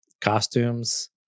costumes